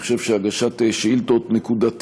אני חושב שהגשת שאילתות נקודתיות,